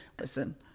Listen